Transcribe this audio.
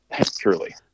truly